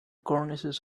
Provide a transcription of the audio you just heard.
cornices